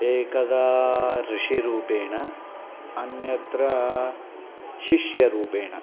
एकदा ऋषिरूपेण अन्यत्र शिष्यरूपेण